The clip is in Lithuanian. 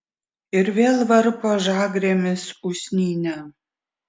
ir vėl varpo žagrėmis usnynę